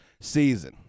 season